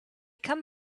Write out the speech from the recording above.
come